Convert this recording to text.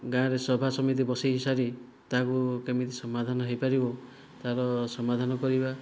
ଗାଁରେ ସଭାସମିତି ବସାଇ ସାରି ତାହାକୁ କେମିତି ସମାଧାନ ହୋଇପାରିବ ତା'ର ସମାଧାନ କରିବା